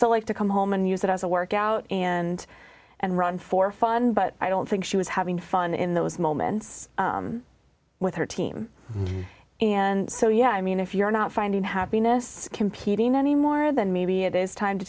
still like to come home and use it as a workout and and run for fun but i don't think she was having fun in those moments with her team and so yeah i mean if you're not finding happiness competing anymore then maybe it is time to